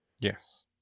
Yes